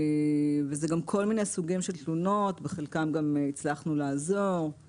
אלה כל מיני סוגים של תלונות כאשר בחלקן הצלחנו לעזור.